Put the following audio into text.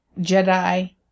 Jedi